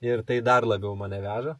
ir tai dar labiau mane veža